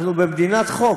אנחנו במדינת חוק,